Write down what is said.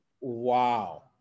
Wow